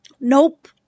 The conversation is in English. Nope